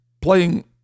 playing